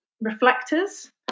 reflectors